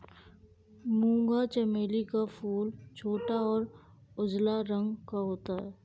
मूंगा चमेली का फूल छोटा और उजला रंग का होता है